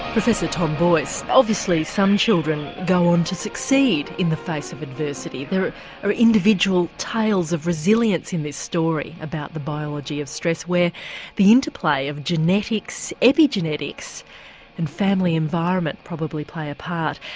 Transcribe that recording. professor tom boyce. obviously some children go on to succeed in the face of adversity, there are individual tales of resilience in this story about the biology of stress where the interplay of genetics, epigenetics and family environment probably play a part.